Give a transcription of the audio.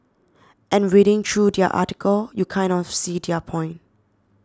and reading through their article you kind of see their point